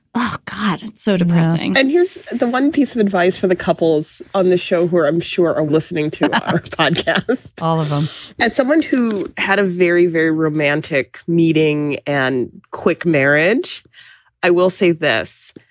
oh, god, it's so depressing and here's the one piece of advice for the couples on the show who i'm sure are listening to all of them and someone who had a very, very romantic meeting and quick marriage i will say this,